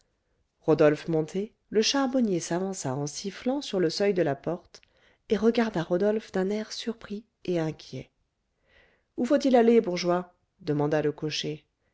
rodolphe monté le charbonnier s'avança en sifflant sur le seuil de la porte et regarda rodolphe d'un air surpris et inquiet où faut-il aller bourgeois demanda le cocher